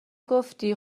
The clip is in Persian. گفتی